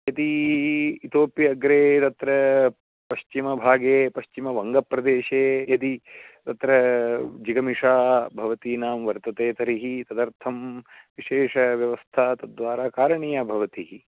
यदि इतोपि अग्रे तत्र पश्चिमभागे पश्चिमवङ्गप्रदेशे यदि तत्र जिगमिषा भवतां वर्तते तर्हि तदर्थं विशेषव्यवस्था तद्वारा कारणीया भवति